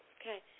okay